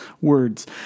words